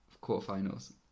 quarter-finals